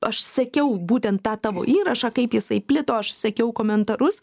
aš sekiau būtent tą tavo įrašą kaip jisai plito aš sekiau komentarus